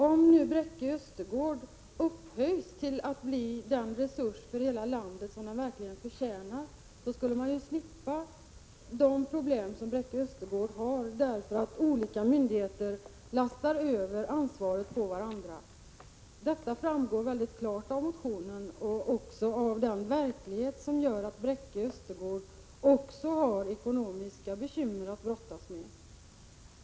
Om nu Bräcke Östergård upphöjs till att bli den resurs för hela landet som den verkligen förtjänar att bli, skulle man ju slippa de problem som Bräcke Östergård har därför att olika myndigheter lastar över ansvaret på varandra. Detta framgår klart av motionen, och även av den verklighet som gör att Bräcke Östergård också har ekonomiska bekymmer att brottas med.